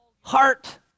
heart